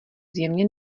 zjevně